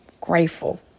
grateful